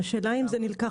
השאלה אם זה נלקח